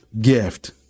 gift